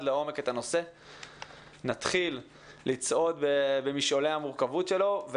לעומק את הנושא ונתחיל לצעוד במשעולי המורכבות שלו.